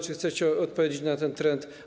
Czy chcecie odpowiedzieć na ten trend?